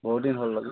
বহুত দিন হ'ল বাৰু